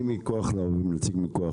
אני מכוח לעובדים.